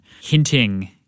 hinting